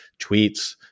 tweets